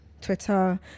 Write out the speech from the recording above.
Twitter